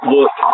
Look